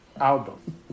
album